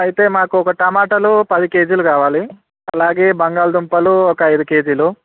అయితే మాకు ఒక టమోటాలు ఒక పది కేజీలు కావాలి అలాగే బంగాళదుంపలు ఒక ఐదు కేజీలు